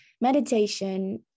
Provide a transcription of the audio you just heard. meditation